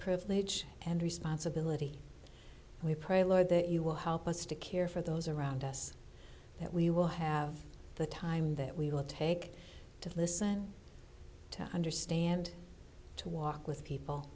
privilege and responsibility we pray lord that you will help us to care for those around us that we will have the time that we will take to listen to understand to walk with people